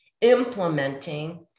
implementing